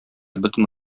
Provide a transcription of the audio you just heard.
бөтен